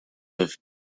with